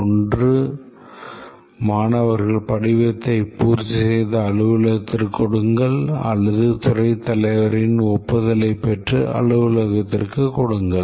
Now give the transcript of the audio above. ஒன்று மாணவர்கள் படிவத்தை பூர்த்தி செய்து அலுவலகத்திற்கு கொடுங்கள் அல்லது துறைத் தலைவரின் ஒப்புதலைப் பெற்று அலுவலகத்திற்குக் கொடுங்கள்